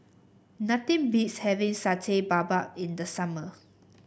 nothing beats having Satay Babat in the summer